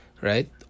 right